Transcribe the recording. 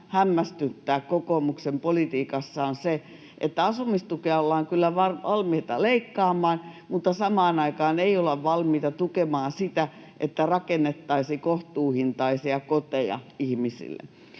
hämmästyttää kokoomuksen politiikassa, on se, että asumistukea ollaan kyllä valmiita leikkaamaan mutta samaan aikaan ei olla valmiita tukemaan sitä, että rakennettaisiin kohtuuhintaisia koteja ihmisille.